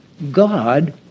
God